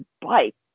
bike